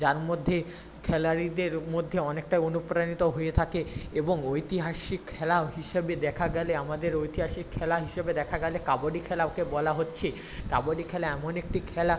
যার মধ্যে খেলোয়াড়দের মধ্যে অনেকটা অনুপ্রাণিত হয়ে থাকে এবং ঐতিহাসিক খেলা হিসাবে দেখা গেলে আমাদের ঐতিহাসিক খেলা হিসাবে দেখা গ্যালে কাবাডি খেলাকে বলা হচ্ছে কাবাডি খেলা এমন একটি খেলা